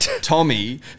Tommy